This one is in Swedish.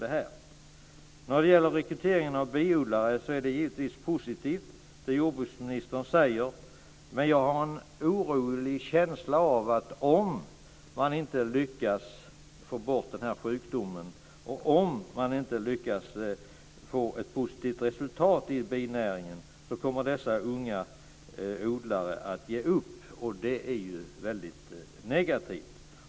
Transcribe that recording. Det jordbruksministern säger om rekryteringen av biodlare är givetvis positivt, men jag har en orolig känsla av att om man inte lyckas få bort den här sjukdomen och om man inte lyckas få ett positivt resultat i binäringen kommer dessa unga odlare att ge upp, och det är ju väldigt negativt.